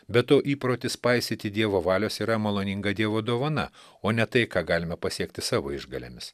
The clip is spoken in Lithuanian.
be to įprotis paisyti dievo valios yra maloninga dievo dovana o ne tai ką galime pasiekti savo išgalėmis